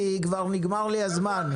כבר נגמר לי הזמן.